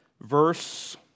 verse